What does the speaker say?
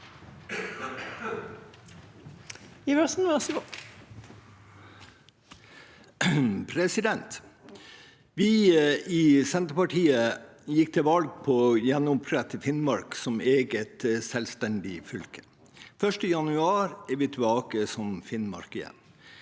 Vi i Senter- partiet gikk til valg på å gjenopprette Finnmark som et eget, selvstendig fylke. Den 1. januar er vi tilbake som Finnmark igjen.